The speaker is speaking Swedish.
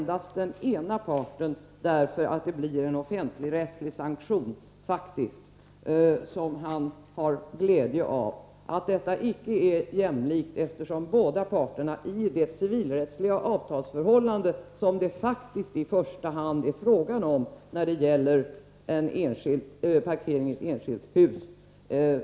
Det blir nämligen fråga om en offentligrättslig sanktion som endast den ena parten har glädje av. Det är inte jämlikt, eftersom båda parterna ingår i de civilrättsliga avtal som det faktiskt i första hand är fråga om när det gäller parkering i enskilt hus.